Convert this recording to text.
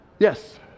Yes